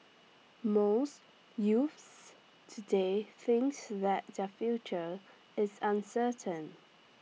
most youths today thinks that their future is uncertain